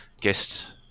guest